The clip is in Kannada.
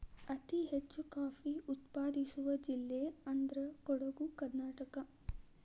ಅತಿ ಹೆಚ್ಚು ಕಾಫಿ ಉತ್ಪಾದಿಸುವ ಜಿಲ್ಲೆ ಅಂದ್ರ ಕೊಡುಗು ಕರ್ನಾಟಕ